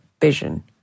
vision